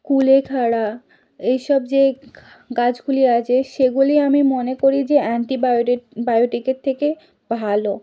কুলেখাড়া এইসব যে গাছগুলি আছে সেগুলি আমি মনে করি যে অ্যান্টিবায়োটেট বায়োটিকের থেকে ভালো